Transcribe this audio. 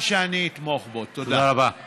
שכל מי שבעצם תומך בביטחונה של מדינת ישראל,